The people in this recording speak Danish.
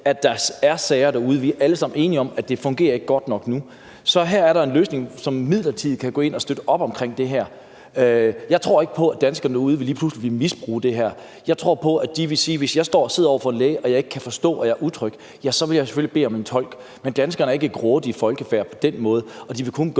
det – om sager derude, og vi alle sammen enige om, at det ikke fungerer godt nok nu. Så her er der en løsning, hvor man midlertidigt kan gå ind og støtte op om det her. Jeg tror ikke på, at danskere lige pludselig vil misbruge det her. Jeg tror på, at de vil sige: Hvis jeg sidder overfor en læge og ikke kan forstå vedkommende og er utryg, så vil jeg selvfølgelig bede om en tolk. Men danskerne er ikke et grådigt folkefærd på den måde, og de vil kun gøre